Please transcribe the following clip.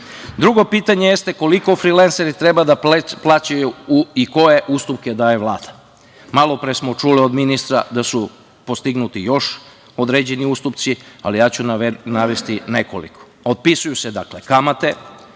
način. Drugo pitanje jeste – koliko frilenseri treba da plaćaju i koje ustupke daje Vlada? Malopre smo čuli od ministra da su postignuti još određeni ustupci, ali ja ću navesti nekoliko – otpisuju se kamate,